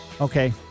Okay